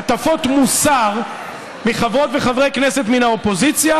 הטפות מוסר מחברות וחברי כנסת מן האופוזיציה,